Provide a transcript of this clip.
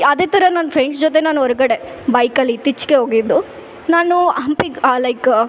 ಅದೇ ಥರ ನನ್ನ ಫ್ರೆಂಡ್ಸ್ ಜೊತೆ ನಾನು ಹೊರ್ಗಡೆ ಬೈಕಲ್ಲಿ ಇತ್ತೀಚಿಗೆ ಹೋಗಿದ್ದು ನಾನು ಹಂಪಿಗೆ ಲೈಕ್